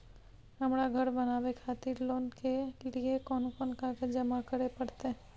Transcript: हमरा धर बनावे खातिर लोन के लिए कोन कौन कागज जमा करे परतै?